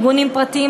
ארגונים פרטיים,